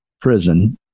prison